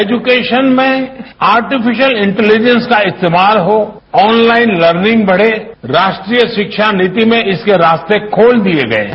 education में artificial intelligence का इस्तेमाल हो ऑनलाइन लर्निंग बढ़े राष्ट्रीय शिक्षा नीति में इसके रास्ते खोल दिये गये है